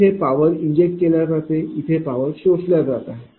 येथे power inject केल्या जाते येथे पॉवर शोषल्या जात आहे